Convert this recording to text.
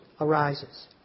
arises